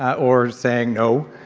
or saying, no!